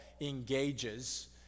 engages